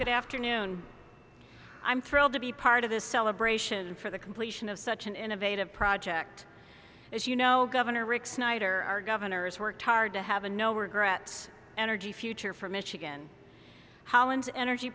good afternoon i'm thrilled to be part of this celebration for the completion of such an innovative project as you know governor rick snyder our governors worked hard to have a no regrets energy future for michigan hollins energy